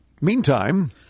Meantime